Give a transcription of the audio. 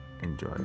Enjoy